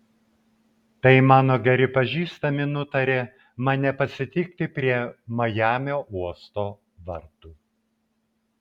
tai mano geri pažįstami nutarė mane pasitikti prie majamio uosto vartų